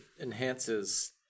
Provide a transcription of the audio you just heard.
enhances